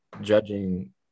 judging